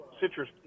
citrus